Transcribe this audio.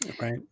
Right